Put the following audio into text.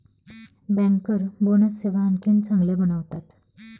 banker bonus सेवा आणखी चांगल्या बनवतात